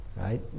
Right